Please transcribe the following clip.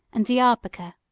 and diarbekir